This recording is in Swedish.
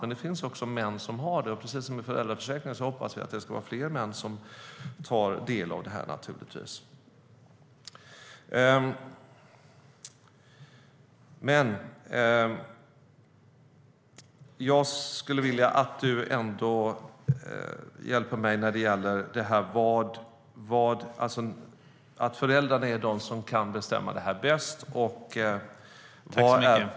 Men det finns också män som har det. Precis som med föräldraförsäkringen så hoppas vi att det ska vara fler män som tar del av det. Jag skulle vilja att du hjälper mig. Föräldrarna är de som kan bestämma detta bäst.